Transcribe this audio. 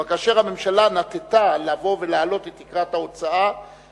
אבל כאשר הממשלה נטתה לבוא ולהעלות את תקרת ההוצאה,